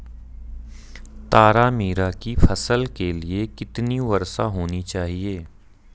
तारामीरा की फसल के लिए कितनी वर्षा होनी चाहिए?